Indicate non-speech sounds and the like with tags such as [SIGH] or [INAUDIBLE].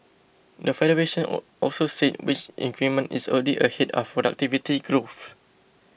the Federation [UNINTELLIGIBLE] also said wage increment is already ahead of productivity growth